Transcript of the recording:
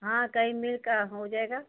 हाँ कई मेल का हो जाएगा